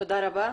תודה רבה.